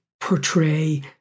portray